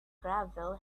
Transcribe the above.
gravel